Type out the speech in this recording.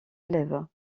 élèves